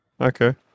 Okay